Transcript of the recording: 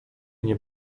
nie